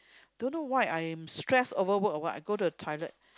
don't know why I am stress over work or what I go to the toilet